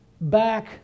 back